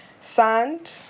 sand